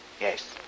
Yes